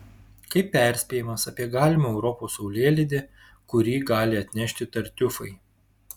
kaip perspėjimas apie galimą europos saulėlydį kurį gali atnešti tartiufai